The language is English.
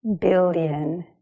billion